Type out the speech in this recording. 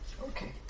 Okay